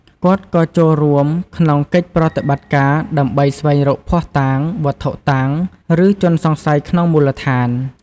គាត់ក៏ចូលរួមក្នុងកិច្ចប្រតិបត្តិការដើម្បីស្វែងរកភស្តុតាងវត្ថុតាងឬជនសង្ស័យក្នុងមូលដ្ឋាន។